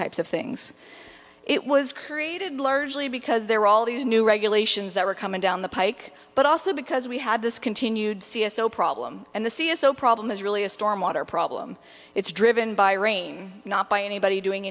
types of things it was created largely because there were all these new regulations that were coming down the pike but also because we had this continued c s o problem and the c s o problem is really a storm water problem it's driven by rain not by anybody doing